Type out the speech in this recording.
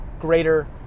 greater